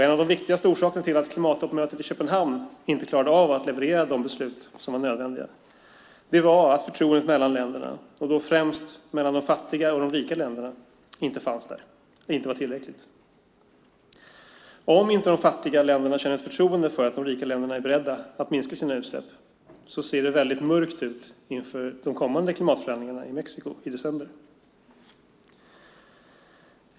En av de viktigaste orsakerna till att klimattoppmötet i Köpenhamn inte klarade av att leverera de beslut som var nödvändiga var att förtroendet mellan länderna, främst mellan de fattiga och de rika, inte fanns, inte var tillräckligt. Om de fattiga länderna inte känner ett förtroende för att de rika länderna är beredda att minska sina utsläpp ser det väldigt mörkt ut inför de kommande klimatförhandlingarna i Mexiko i december.